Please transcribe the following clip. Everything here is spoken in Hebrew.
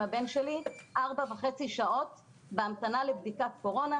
הבן שלי 4.5 שעות בהמתנה לבדיקת קורונה.